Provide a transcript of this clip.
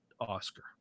Oscar